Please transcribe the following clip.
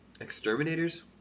exterminators